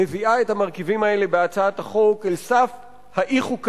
מביאה את המרכיבים האלה בהצעת החוק אל סף האי-חוקתיות,